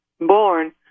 born